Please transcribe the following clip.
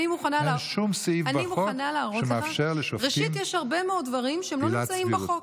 אין שום סעיף בחוק שמאפשר לשופטים עילת סבירות.